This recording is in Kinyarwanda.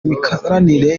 imikoranire